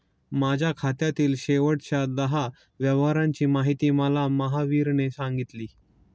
माझ्या खात्यातील शेवटच्या दहा व्यवहारांची माहिती मला महावीरने सांगितली